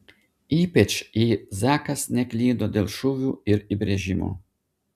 ypač jei zakas neklydo dėl šūvių ir įbrėžimų